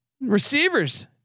receivers